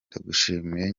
ndagushimiye